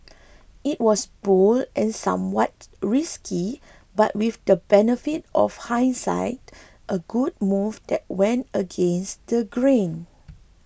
it was bold and somewhat risky but with the benefit of hindsight a good move that went against the grain